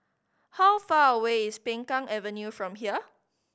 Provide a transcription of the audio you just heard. how far away is Peng Kang Avenue from here